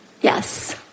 Yes